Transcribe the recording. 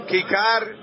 Kikar